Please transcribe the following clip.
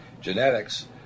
genetics